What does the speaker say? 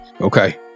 Okay